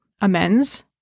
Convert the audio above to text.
amends